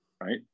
right